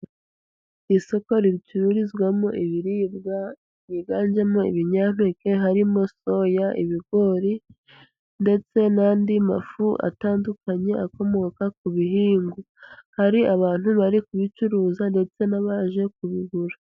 Isoko ricururizwamo ibiribwa, biganjemo ibinyampeke harimo: soya, ibigori, ndetse n'andi mafu atandukanye akomoka ku bihingwa. Hari abantu bari kubicuruza ndetse n'abaje kubigura.